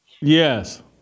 Yes